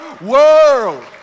world